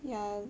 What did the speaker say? yeah